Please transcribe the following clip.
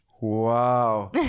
Wow